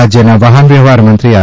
રાજ્યના વાહન વ્યવહાર મંત્રી આર